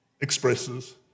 expresses